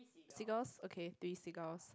seagulls okay three seagulls